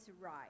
right